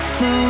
no